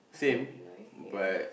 can't deny yeah